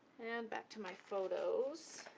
and back to my photos.